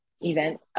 event